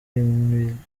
imiryango